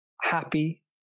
happy